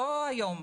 לא היום.